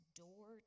door